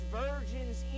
virgins